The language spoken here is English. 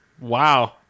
Wow